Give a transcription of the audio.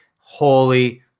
Holy